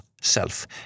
self